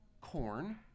corn